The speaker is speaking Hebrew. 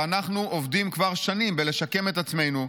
ואנחנו עובדים כבר שנים בלשקם את עצמנו,